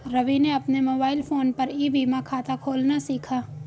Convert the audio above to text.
रवि ने अपने mobile phone पर ई बीमा खाता खोलना सीखा